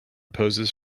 poses